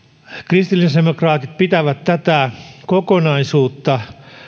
kristillisdemokraatit pitävät tätä kokonaisuutta